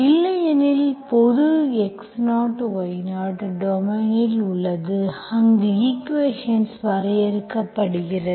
இல்லையெனில் பொது x0 y0 டொமைனில் உள்ளது அங்கு ஈக்குவேஷன்ஸ் வரையறுக்கப்படுகிறது